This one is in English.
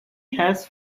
has